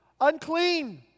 Unclean